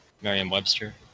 Merriam-Webster